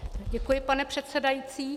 Děkuji, pane předsedající.